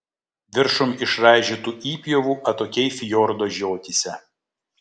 viršum išraižytų įpjovų atokiai fjordo žiotyse